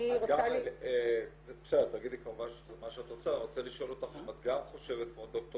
אני רוצה -- אני רוצה לשאול אותך אם את גם חושבת כמו ד"ר